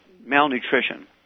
malnutrition